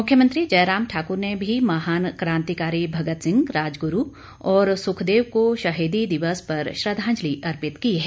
मुख्यमंत्री जयराम ठाक्र ने भी महान कांतिकारी भगत सिंह राजगुरू और सुखदेव को शहीदी दिवस पर श्रद्वांजलि अर्पित की है